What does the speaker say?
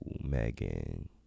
Megan